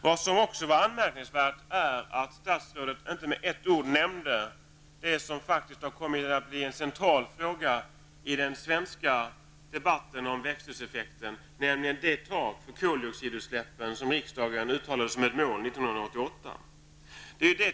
Det är också anmärkningsvärt att statsrådet inte med ett ord nämnde det som faktiskt har kommit att bli en central fråga i den svenska debatten om växthuseffekten, nämligen det tak för koldioxidutsläppen som riksdagen uttalade som ett mål 1988.